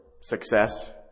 success